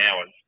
hours